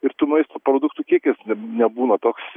ir tų maisto produktų kiekis nebūna toks